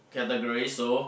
category so